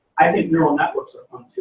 i think neural networks are fun too,